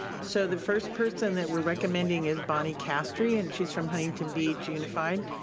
so the first person that we're recommending is bonnie castree and she's from huntington beach unified,